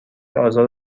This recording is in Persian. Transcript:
آزار